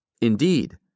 Indeed